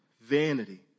vanity